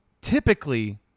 Typically-